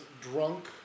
drunk